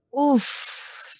Oof